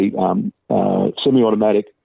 semi-automatic